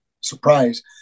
surprise